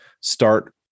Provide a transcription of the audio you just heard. Start